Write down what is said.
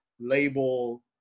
label